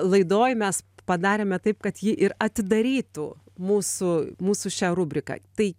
laidoj mes padarėme taip kad ji ir atidarytų mūsų mūsų šią rubriką tai